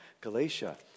Galatia